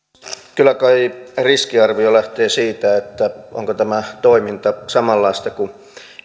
kyllä kai riskiarvio lähtee siitä onko tämä toiminta samanlaista kuin